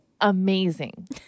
amazing